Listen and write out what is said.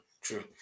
true